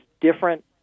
different